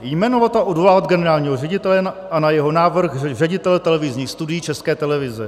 jmenovat a odvolávat generálního ředitele a na jeho návrh ředitele televizních studií České televize;